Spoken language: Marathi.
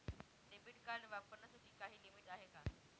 डेबिट कार्ड वापरण्यासाठी काही लिमिट आहे का?